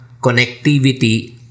connectivity